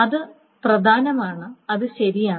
അത് പ്രധാനമാണ് അത് ശരിയാണ്